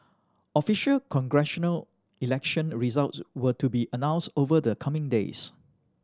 official congressional election results were to be announced over the coming days